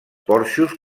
porxos